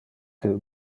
que